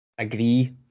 agree